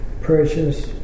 precious